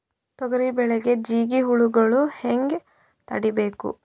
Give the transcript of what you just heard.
ತೊಗರಿ ಬೆಳೆಗೆ ಜಿಗಿ ಹುಳುಗಳು ಹ್ಯಾಂಗ್ ತಡೀಬೇಕು?